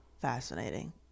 Fascinating